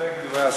מסתפק בדברי השר.